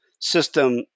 system